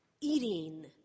eating